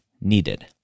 needed